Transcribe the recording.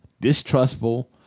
distrustful